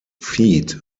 feat